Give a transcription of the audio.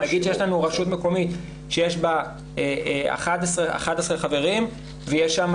נגיד שיש לנו רשות מקומית שיש בה 11 חברים ויש שם